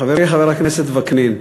חברי חבר הכנסת וקנין,